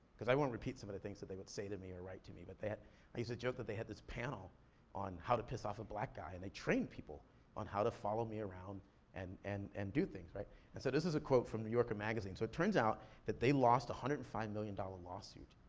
cause i won't repeat some of the things that they would say to me or write to me, but i used to joke that they had this panel on how to piss off a black guy, and they trained people on how to follow me around and and and do things. and so this is a quote from new yorker magazine. so it turns out that they lost a one hundred and five million dollar lawsuit.